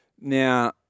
Now